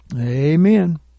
Amen